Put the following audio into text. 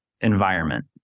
environment